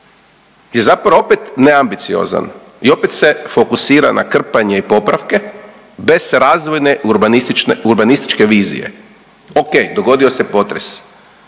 je zapravo opet neambiciozan i opet se fokusira na krpanje i popravke bez razvojne urbanističke vizije. Ok, dogodio se potres,